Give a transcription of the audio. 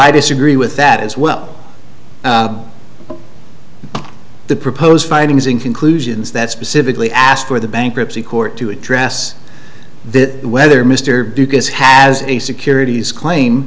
i disagree with that as well the proposed finding is in conclusions that specifically ask for the bankruptcy court to address that whether mr lucas has a securities claim